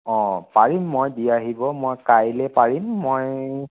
অ' পাৰিম মই দি আহিব মই কাইলৈ পাৰিম মই